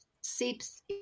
seeps